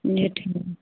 जी ठीक हइ